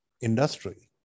industry